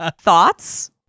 thoughts